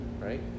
right